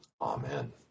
Amen